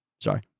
sorry